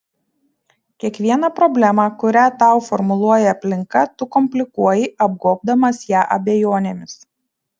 kiekvieną problemą kurią tau formuluoja aplinka tu komplikuoji apgobdamas ją abejonėmis